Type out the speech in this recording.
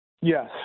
yes